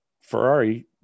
Ferrari